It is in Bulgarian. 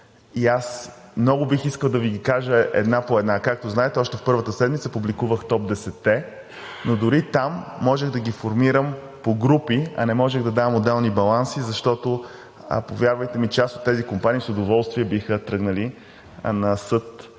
Аз много бих искал да Ви ги кажа една по една – както знаете, още в първата седмица публикувах топ 10-те, но дори там можех да ги формирам по групи, а не можех да давам отделни баланси, защото, повярвайте ми, част от тези компании с удоволствие биха тръгнали на съд